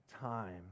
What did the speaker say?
time